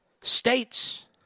States